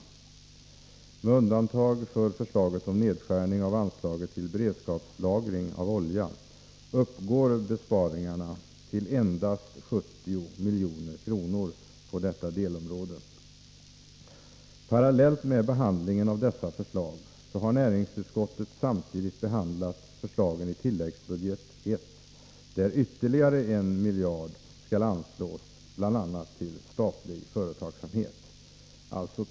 Med undantag för förslaget om nedskärning av anslaget till beredskapslagring av olja uppgår besparingarna till endast 70 milj.kr. på detta delområde. Parallellt med behandlingen av dessa förslag har näringsutskottet behandlat förslagen i tilläggsbudgeten där ytterligare en miljard skall anslås, bl.a. till statlig företagsamhet.